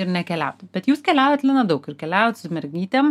ir nekeliauti bet jūs keliaujat lina daug ir keliaujat su mergytėm